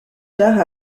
tard